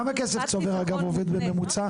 כמה כסף צובר, אגב, עובד בממוצע?